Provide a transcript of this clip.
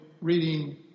reading